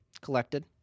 collected